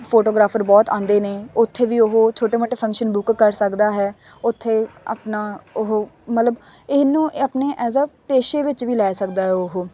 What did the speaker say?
photographer ਬਹੁਤ ਆਉਂਦੇ ਨੇ ਉੱਥੇ ਵੀ ਉਹ ਛੋਟੇ ਮੋਟੇ ਫੰਕਸ਼ਨ ਬੁੱਕ ਕਰ ਸਕਦਾ ਹੈ ਉੱਥੇ ਆਪਣਾ ਉਹ ਮਤਲਬ ਇਹਨੂੰ ਆਪਣੇ ਐਜ਼ ਆ ਪੇਸ਼ੇ ਵਿੱਚ ਵੀ ਲੈ ਸਕਦਾ ਉਹ